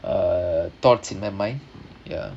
uh thoughts in my mind ya